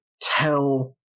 tell